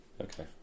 Okay